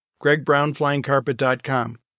gregbrownflyingcarpet.com